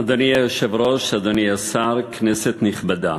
אדוני היושב-ראש, אדוני השר, כנסת נכבדה,